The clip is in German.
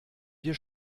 wir